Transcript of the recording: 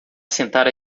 sentar